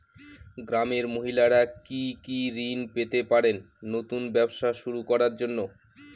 গ্রামের মহিলারা কি কি ঋণ পেতে পারেন নতুন ব্যবসা শুরু করার জন্য?